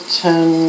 ten